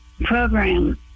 program